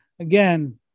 Again